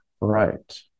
right